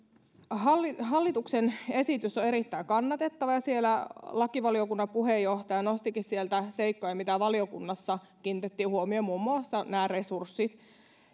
hallituksen hallituksen esitys on erittäin kannatettava ja lakivaliokunnan puheenjohtaja nostikin sieltä seikkoja mihin valiokunnassa kiinnitettiin huomiota muun muassa nämä resurssit